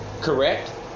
Correct